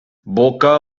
boca